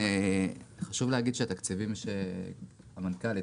חשוב להגיד שהתקציבים שהמנכ"לית,